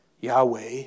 Yahweh